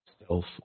self